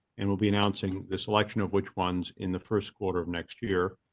and we'll be announcing this election of which ones in the first, quarter of next year.